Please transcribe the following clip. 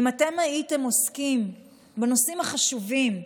אם אתם הייתם עוסקים בנושאים החשובים,